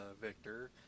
Victor